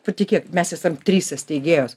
patikėk mes esam trise steigėjos